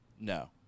No